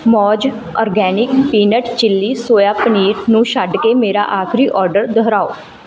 Mooz organic peanut chilli soya paneer ਨੂੰ ਛੱਡ ਕੇ ਮੇਰਾ ਆਖਰੀ ਆਰਡਰ ਦੁਹਰਾਓ